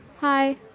Hi